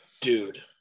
Dude